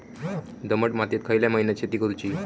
दमट मातयेत खयल्या महिन्यात शेती करुची?